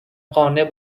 قانع